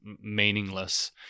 meaningless